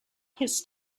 his